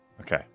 Okay